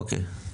אוקיי.